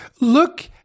look